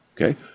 Okay